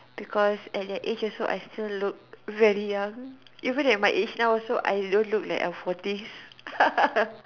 because at that age also I still look very young even at my age now I don't look like I'm forty